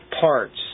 parts